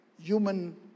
human